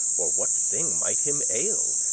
or what thing might him ail,